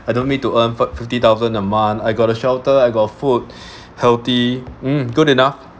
I don't need to earn fif~ fifty thousand a month I got a shelter I got food healthy hmm good enough